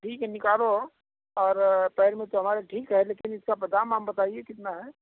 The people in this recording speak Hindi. ठीक है निकालो और पैर में तो हमारे ठीक है लेकिन इसका दाम वाम बताइए कितना है